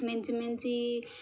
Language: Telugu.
మంచి మంచి